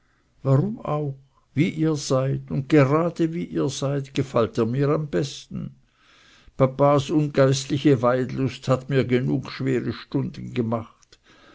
warum auch wie ihr seid und gerade wie ihr seid gefallt ihr mir am besten papas ungeistliche waidlust hat mir genug schwere stunden gemacht